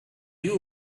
you